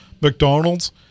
McDonald's